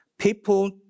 people